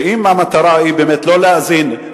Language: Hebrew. ואם המטרה היא לא להאזין,